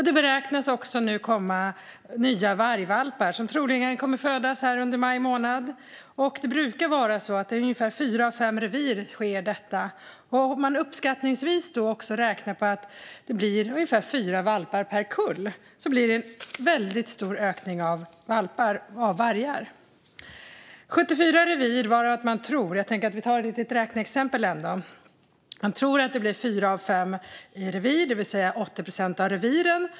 Det beräknas nu komma nya vargvalpar, och de kommer troligen att födas under maj månad. Det brukar ske i ungefär fyra av fem revir. Om man räknar uppskattningsvis fyra valpar per kull blir det en stor ökning av vargar. Låt mig ge ett räkneexempel. Man tror att det blir valpar i fyra av fem revir, det vill säga 80 procent av reviren.